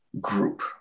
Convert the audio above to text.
group